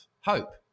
hope